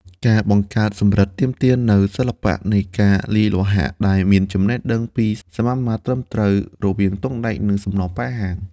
ការបង្កើតសំរឹទ្ធិទាមទារនូវ សិល្បៈនៃការលាយលោហៈ ដែលមានចំណេះដឹងពីសមាមាត្រត្រឹមត្រូវរវាងទង់ដែង និងសំណប៉ាហាំង។